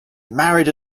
married